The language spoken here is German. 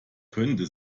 könnte